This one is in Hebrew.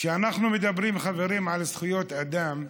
כשאנחנו מדברים, חברים, על זכויות אדם,